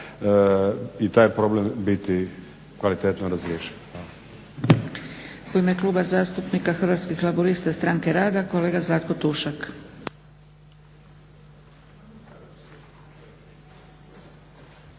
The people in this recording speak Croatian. i taj problem biti kvalitetno razriješen. Hvala.